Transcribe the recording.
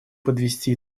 подвести